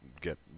get